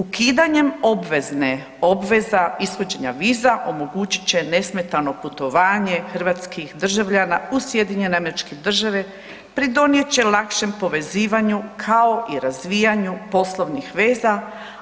Ukidanjem obveza ishođenja viza, omogućit će nesmetano putovanje hrvatskih državljana u SAD, pridonijet će lakšem povezivanju kao i razvijanju poslovnih veza